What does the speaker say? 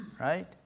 right